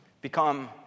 become